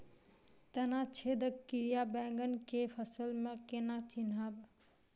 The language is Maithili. तना छेदक कीड़ा बैंगन केँ फसल म केना चिनहब?